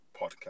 podcast